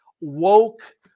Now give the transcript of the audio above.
woke